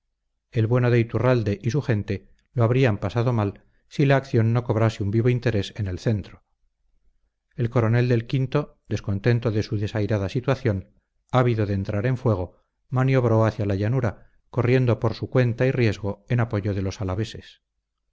el bueno de iturralde y su gente lo habrían pasado mal si la acción no cobrase un vivo interés en el centro el coronel del o descontento de su desairada situación ávido de entrar en fuego maniobró hacia la llanura corriendo por su cuenta y riesgo en apoyo de los alaveses ya